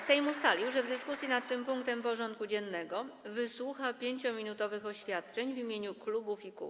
Sejm ustalił, że w dyskusji nad tym punktem porządku dziennego wysłucha 5-minutowych oświadczeń w imieniu klubów i kół.